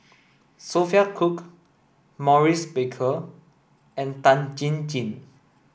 Sophia Cooke Maurice Baker and Tan Chin Chin